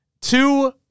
two